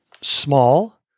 small